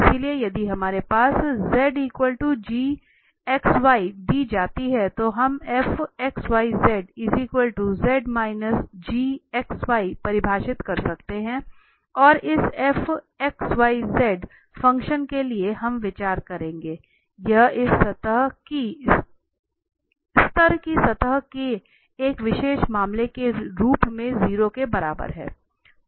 इसलिए यदि हमारी सतह z gxy दी जाती है तो हम fxyz z gxy परिभाषित कर सकते हैं और इस fxyz फंक्शन के लिए हम विचार करेंगे यह इस स्तर की सतह के एक विशेष मामले के रूप में 0 के बराबर है